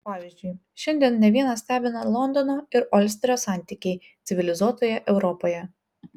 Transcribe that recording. pavyzdžiui šiandien ne vieną stebina londono ir olsterio santykiai civilizuotoje europoje